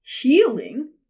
healing